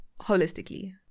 holistically